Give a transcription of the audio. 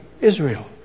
Israel